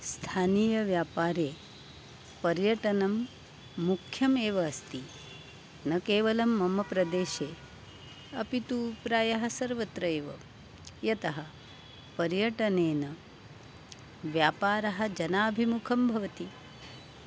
स्थानीयव्यापारे पर्यटनं मुख्यमेव अस्ति न केवलं मम प्रदेशे अपि तु प्रायः सर्वत्र एव यतः पर्यटनेन व्यापारः जनाभिमुखः भवति